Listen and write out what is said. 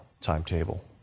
timetable